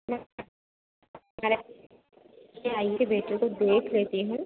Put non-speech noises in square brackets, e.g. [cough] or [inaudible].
मैं [unintelligible] ठीक है आइए बेटे को देख लेती हूँ